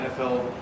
NFL